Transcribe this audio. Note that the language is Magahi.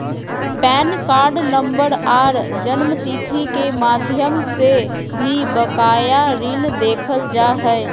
पैन कार्ड नम्बर आर जन्मतिथि के माध्यम से भी बकाया ऋण देखल जा हय